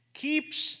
keeps